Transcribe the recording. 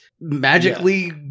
magically